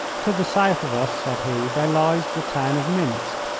to the south of us, said he, there lies the town of minsk.